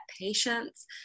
patience